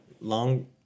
long